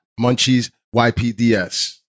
MunchiesYPDS